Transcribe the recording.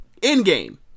Endgame